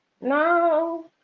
No